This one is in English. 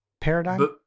paradigm